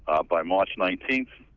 by march nineteenth,